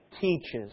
teaches